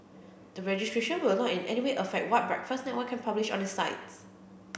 the registration will not in any way affect what Breakfast Network can publish on its site